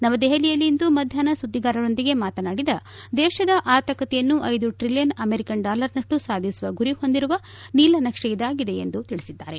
ನವದೆಹಲಿಯಲ್ಲಿ ಇಂದು ಮಧ್ಯಾಹ್ನ ಸುದ್ದಿಗಾರರೊಂದಿಗೆ ಮಾತನಾಡಿದ ದೇಶದ ಆರ್ಥಿಕತೆಯನ್ನು ಐದು ಟ್ರಿಲಿಯನ್ ಅಮೆರಿಕ ಡಾಲರ್ನಷ್ಟು ಸಾಧಿಸುವ ಗುರಿ ಹೊಂದಿರುವ ನೀಲನಕ್ಷೆಯಾಗಿದೆ ಎಂದು ತಿಳಿಸಿದ್ದಾರೆ